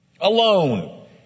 Alone